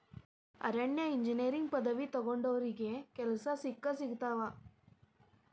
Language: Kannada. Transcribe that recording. ಅರಣ್ಯ ಇಂಜಿನಿಯರಿಂಗ್ ಪದವಿ ತೊಗೊಂಡಾವ್ರಿಗೆ ಕೆಲ್ಸಾ ಸಿಕ್ಕಸಿಗತಾವ